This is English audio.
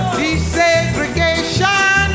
desegregation